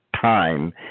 time